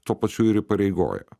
tuo pačiu ir įpareigoja